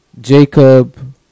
Jacob